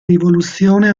rivoluzione